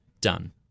done